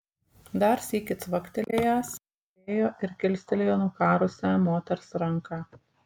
dar sykį cvaktelėjęs priėjo ir kilstelėjo nukarusią moters ranką